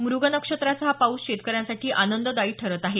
मृग नक्षत्राचा हा पाऊस शेतकऱ्यांसाठी आनंददायी ठरत आहे